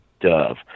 dove